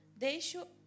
Deixo